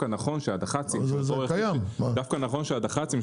נכון שהדח"צים,